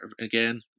again